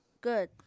Good